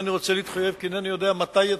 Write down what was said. אינני רוצה להתחייב, כי אינני יודע מתי יתחילו.